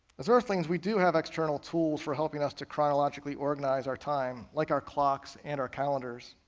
as earthlings we do have external tools for helping us to chronologically organize our time like our clocks and our calendars,